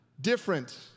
different